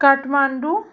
Kathmandu